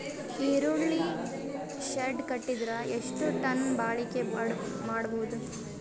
ಈರುಳ್ಳಿ ಶೆಡ್ ಕಟ್ಟಿದರ ಎಷ್ಟು ಟನ್ ಬಾಳಿಕೆ ಮಾಡಬಹುದು?